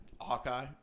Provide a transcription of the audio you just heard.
Hawkeye